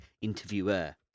interviewer